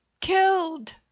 Killed